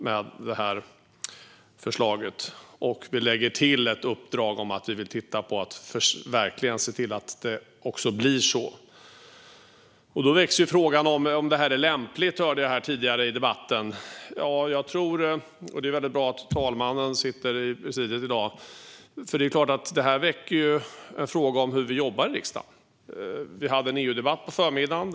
Vi lägger också till ett uppdrag om att vi vill se till att det verkligen blir så. Då väcks frågan om detta är lämpligt, som jag hörde tidigare i debatten. Detta väcker frågor om hur vi jobbar i riksdagen. Då är det mycket bra att talmannen sitter i presidiet i dag. Vi hade en EU-debatt på förmiddagen.